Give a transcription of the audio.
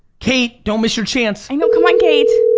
kate, don't miss your chance. i know, come on, kate.